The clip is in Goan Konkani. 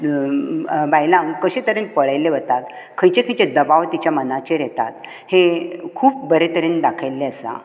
बायलांक कशें तरेन पळयले वतात खंयचे खंयचे दबाव तिच्या मनाचेर येतात हें खूब बरें तरेन दाखयल्लें आसा